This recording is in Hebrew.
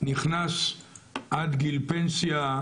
נכנס עד גיל פנסיה?